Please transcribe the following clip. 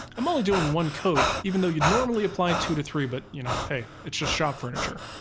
i'm only doing one coat, even though you'd normally apply two to three, but, you know, hey, it's just shop furniture.